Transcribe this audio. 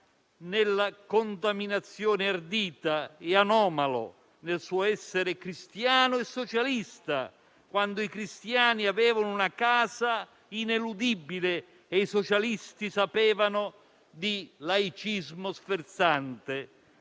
nella contaminazione ardita. Fu anomalo nel suo essere cristiano e socialista, quando i cristiani avevano una casa ineludibile e i socialisti sapevano di laicismo sferzante.